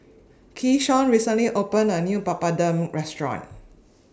Keyshawn recently opened A New Papadum Restaurant